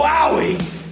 Wowie